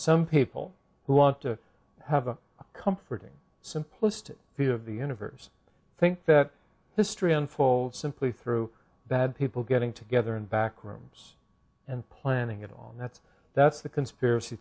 some people who want to have a comforting simplistic view of the universe think that history unfolds simply through bad people getting together in back rooms and planning it on that that's the conspiracy